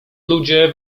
ludzie